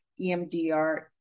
EMDR